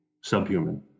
subhuman